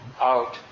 out